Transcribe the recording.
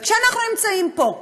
וכשאנחנו נמצאים פה,